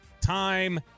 time